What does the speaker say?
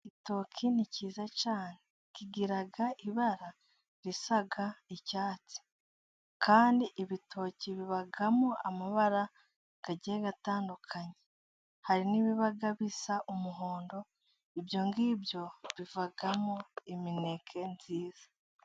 Igitoki ni kiza cyane, kigira ibara risa icyatsi. Kandi ibitoki bibamo amabara agiye atandukanye. Hari n'ibiba bisa umuhondo, ibyo ngibyo bivamo imineke myiza.